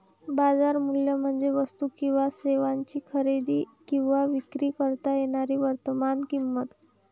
बाजार मूल्य म्हणजे वस्तू किंवा सेवांची खरेदी किंवा विक्री करता येणारी वर्तमान किंमत